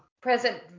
present